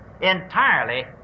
entirely